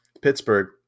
Pittsburgh